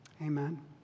Amen